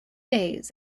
days